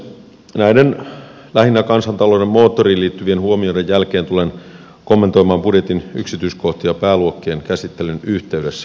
näiden lähinnä kansantalouden moottoriin liittyvien huomioiden jälkeen tulen kommentoimaan budjetin yksityiskohtia pääluokkien käsittelyn yhteydessä